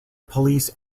police